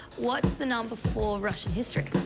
what's the number for russian history?